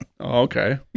Okay